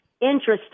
interesting